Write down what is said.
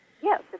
Yes